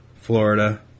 Florida